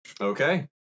Okay